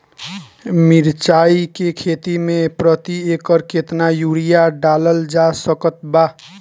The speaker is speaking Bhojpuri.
मिरचाई के खेती मे प्रति एकड़ केतना यूरिया डालल जा सकत बा?